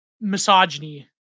misogyny